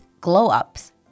glow-ups